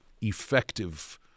effective